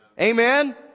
Amen